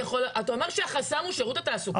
אתה אומר שהחסם הוא שירות התעסוקה?